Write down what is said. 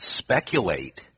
speculate